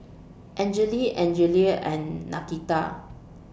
Angele Angelia and Nakita